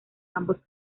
ambos